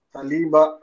Saliba